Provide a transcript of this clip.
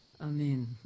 Amen